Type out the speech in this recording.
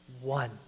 one